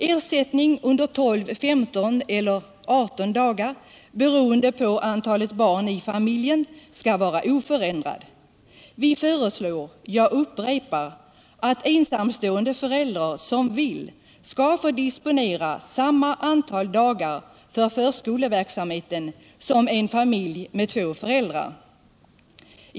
Ersättning under 12, 15 eller 18 dagar, beroende på antalet barn i familjen, skall vara oförändrad. Vi föreslår att ensamstående förälder som vill skall få disponera samma antal dagar för förskoleverksamheten som en familj med två föräldrar.